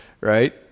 right